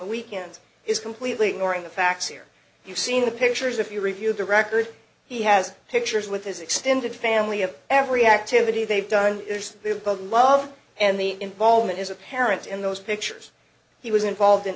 the weekends is completely ignoring the facts here you've seen the pictures if you review the records he has pictures with his extended family of every activity they've done is they've got love and the involvement is apparent in those pictures he was involved in